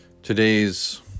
Today's